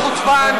אתה חוצפן.